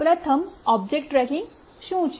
પ્રથમ object tracking શું છે